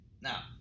Now